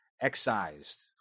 excised